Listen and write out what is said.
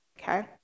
okay